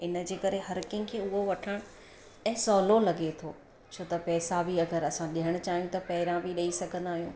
इनजे करे हर कंहिंखे उहो वठणु ऐं सवलो लॻे थो छो त पैसा बि अगरि असां ॾियणु चाहियूं त पहिरियां बि ॾेई सघंदा आहियूं